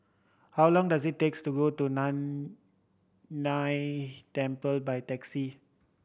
how long does it takes to go to Nan Temple by taxi